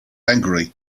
angry